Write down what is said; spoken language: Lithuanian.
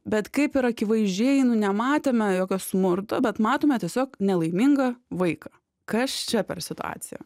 bet kaip ir akivaizdžiai nu nematėme jokio smurto bet matome tiesiog nelaimingą vaiką kas čia per situacija